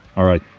alright